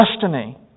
destiny